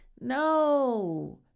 No